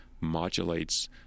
modulates